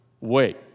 wait